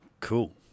Cool